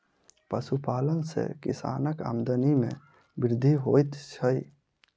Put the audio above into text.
पशुपालन सॅ किसानक आमदनी मे वृद्धि होइत छै